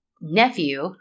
nephew